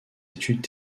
études